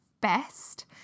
best